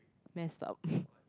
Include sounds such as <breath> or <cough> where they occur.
messed up <breath>